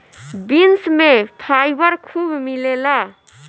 beans में fibre खूब मिलेला